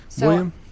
William